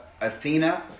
Athena